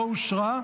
לא אושרה,